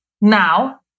now